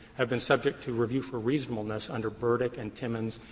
have been subject to review for reasonableness under burdick and timmons,